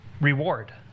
reward